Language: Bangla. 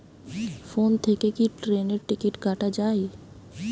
ফোন থেকে কি ট্রেনের টিকিট কাটা য়ায়?